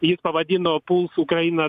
jis pavadino puls ukrainą